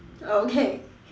okay